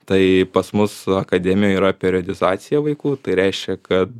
tai pas mus akademijoj yra periodizacija vaikų tai reiškia kad